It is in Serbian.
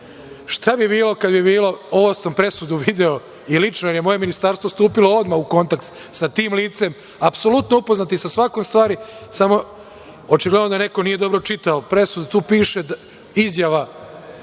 šta bi bilo kad bi bilo, ovu sam presudu video i lično, jer je moje ministarstvo stupilo odmah u kontakt sa tim lice, apsolutno upoznati sa svakom stvari, samo da očigledno neko nije dobro čitao presudu, tu piše izjava